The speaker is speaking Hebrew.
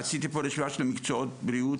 עשיתי פה רשימה של מקצועות בריאות